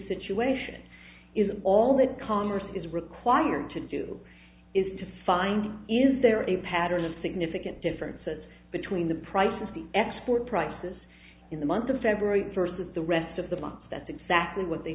situation isn't all that congress is required to do is to find is there a pattern of significant differences between the price of the export prices in the month of february versus the rest of the month that's exactly what they